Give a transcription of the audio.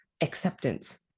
acceptance